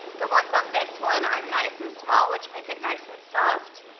the ones on this one are nice and small which make it nice and soft,